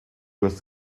was